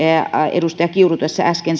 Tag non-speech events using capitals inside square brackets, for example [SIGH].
edustaja kiuru tuossa äsken [UNINTELLIGIBLE]